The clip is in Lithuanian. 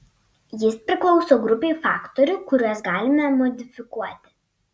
jis priklauso grupei faktorių kuriuos galime modifikuoti